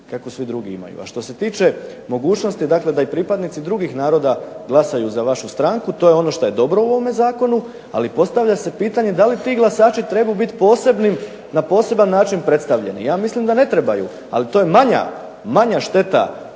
kako svi drugi imaju. A što se tiče mogućnosti dakle da i pripadnici drugih naroda glasaju za vašu stranku, to je ono šta je dobro u ovome zakonu, ali postavlja se pitanje da li ti glasači trebaju biti posebnim, na poseban način predstavljeni. Ja mislim da ne trebaju, ali to je manja šteta